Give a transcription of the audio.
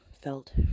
felt